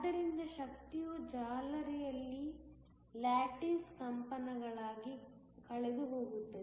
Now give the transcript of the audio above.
ಆದ್ದರಿಂದ ಶಕ್ತಿಯು ಜಾಲರಿಯಲ್ಲಿ ಲ್ಯಾಟಿಸ್ ಕಂಪನಗಳಾಗಿ ಕಳೆದುಹೋಗುತ್ತದೆ